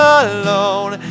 alone